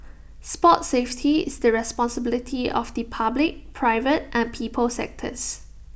sports safety is the responsibility of the public private and people sectors